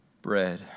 Bread